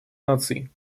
наций